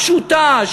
פשוטה,